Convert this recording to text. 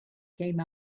came